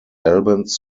albans